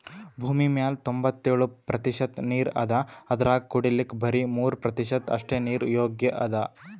ಭೂಮಿಮ್ಯಾಲ್ ತೊಂಬತ್ತೆಳ್ ಪ್ರತಿಷತ್ ನೀರ್ ಅದಾ ಅದ್ರಾಗ ಕುಡಿಲಿಕ್ಕ್ ಬರಿ ಮೂರ್ ಪ್ರತಿಷತ್ ಅಷ್ಟೆ ನೀರ್ ಯೋಗ್ಯ್ ಅದಾ